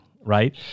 right